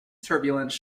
turbulence